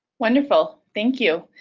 wonderful thank you.